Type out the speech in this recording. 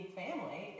family